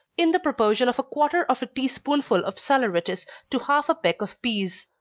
in the proportion of a quarter of a tea spoonful of saleratus to half a peck of peas.